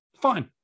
Fine